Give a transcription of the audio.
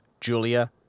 Julia